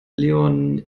leon